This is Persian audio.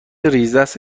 زیردست